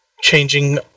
changing